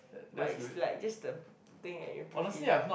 but is like just the thing that you breathe in